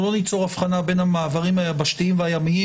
אנחנו לא ניצור הבחנה בין המעברים היבשתיים והימיים